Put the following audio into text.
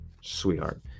Sweetheart